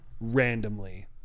randomly